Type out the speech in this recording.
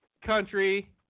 Country